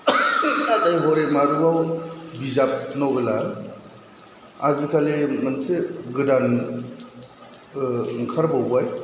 हरै मारुआव बिजाब नभेलआ आजिखालि मोनसे गोदान ओंखारबावबाय